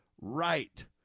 right